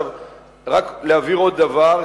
רק להבהיר עוד דבר,